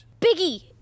Biggie